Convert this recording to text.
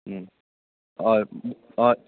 हय हय